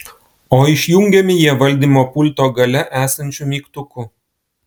o išjungiami jie valdymo pulto gale esančiu mygtuku